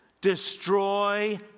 destroy